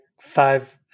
five